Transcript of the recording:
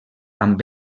amb